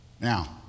Now